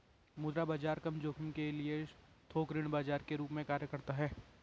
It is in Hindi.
मुद्रा बाजार कम जोखिम के लिए थोक ऋण बाजार के रूप में कार्य करता हैं